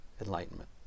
enlightenment